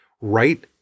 right